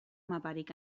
maparik